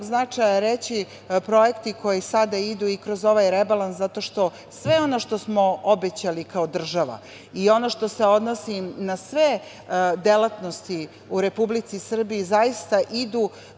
značaja, koji sada idu i kroz ovaj rebalans, zato što sve ono što smo obećali kao država i ono što se odnosi na sve delatnosti u Republici Srbiji zaista idu